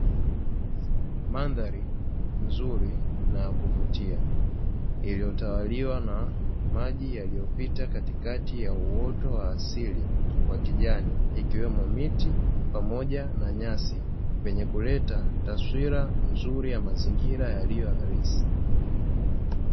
Mandhari nzuri na ya kuvutia, iliyotawaliwa na maji yaliyopita katikati ya uoto wa asili wa kijani, ikiwemo miti pamoja na nyasi zenye kuleta taswira nzuri ya mazingira yaliyo halisi.